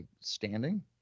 standing